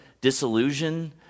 disillusion